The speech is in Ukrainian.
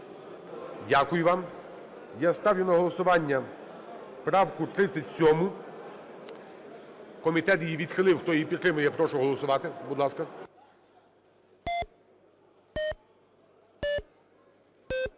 Дякую вам. Я ставлю на голосування правку 37-у. Комітет її відхилив. Хто її підтримує, я прошу голосувати, будь ласка.